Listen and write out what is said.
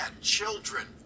children